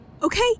Okay